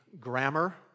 grammar